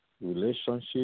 relationship